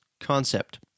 concept